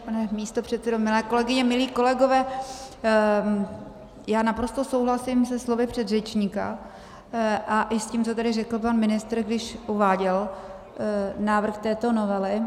Pane místopředsedo, milé kolegyně, milí kolegové, já naprosto souhlasím se slovy předřečníka a i s tím, co tady řekl pan ministr, když uváděl návrh této novely.